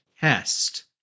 Test